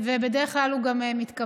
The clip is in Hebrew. ובדרך כלל הוא גם מתקבל.